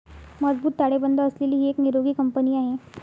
मजबूत ताळेबंद असलेली ही एक निरोगी कंपनी आहे